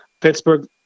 Pittsburgh